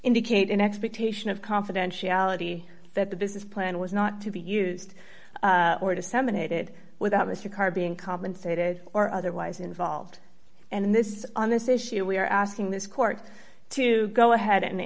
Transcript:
indicate an expectation of confidentiality that the business plan was not to be used or disseminated without mr karr being compensated or otherwise involved and this is on this issue we are asking this court to go ahead and